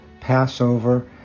Passover